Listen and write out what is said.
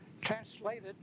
translated